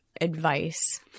advice